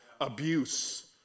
abuse